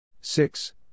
six